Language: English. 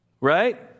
Right